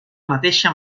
mateixa